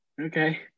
Okay